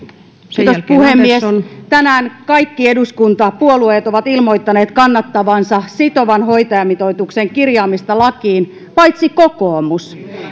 puhemies tänään kaikki eduskuntapuolueet ovat ilmoittaneet kannattavansa sitovan hoitajamitoituksen kirjaamista lakiin paitsi kokoomus